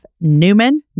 Newman